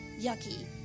yucky